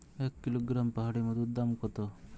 এক কিলোগ্রাম পাহাড়ী মধুর দাম কত?